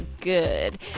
good